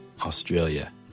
Australia